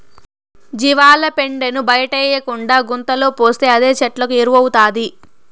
జీవాల పెండను బయటేయకుండా గుంతలో పోస్తే అదే చెట్లకు ఎరువౌతాది